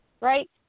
right